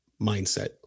Mindset